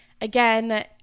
Again